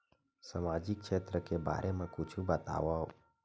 सामाजिक क्षेत्र के बारे मा कुछु बतावव?